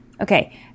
Okay